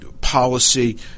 policy